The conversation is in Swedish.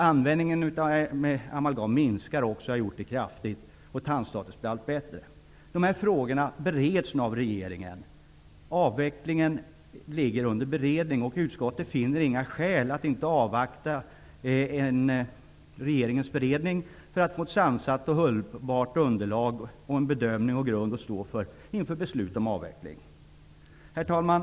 Användningen av amalgam har minskat kraftigt, och tandstatusen blir allt bättre. De här frågorna bereds nu av regeringen. Avvecklingen ligger under beredning. Utskottet finner inga skäl att inte avvakta regeringens beredning för att få ett sansat och hållbart underlag inför ett beslut om avveckling. Herr talman!